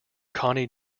connie